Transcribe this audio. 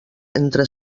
entre